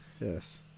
yes